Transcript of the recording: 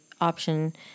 option